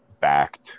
backed